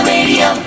Radio